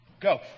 go